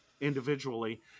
individually